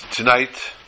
Tonight